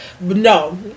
no